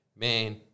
Man